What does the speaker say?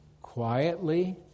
quietly